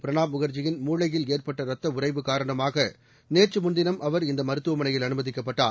பிரணாப் முகர்ஜியின் மூளையில் ஏற்பட்ட ரத்த உறைவு காரணமாக நேற்று முன்தினம் அவர் இந்த மருத்துவமனையில் அனுமதிக்கப்பட்டார்